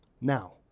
now